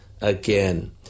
again